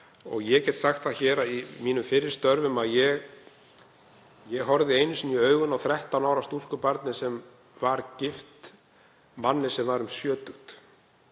ég get sagt það hér að í mínum fyrri störfum horfði ég einu sinni í augun á 13 ára stúlkubarni sem var gift karlmanni sem var um sjötugt.